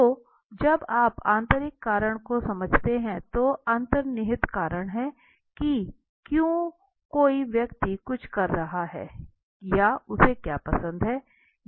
तो जब आप आंतरिक कारण को समझते हैं जो अंतर्निहित कारण है की क्यों कोई व्यक्ति कुछ कर रहा है या उसे क्या पसंद है